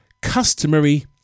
customary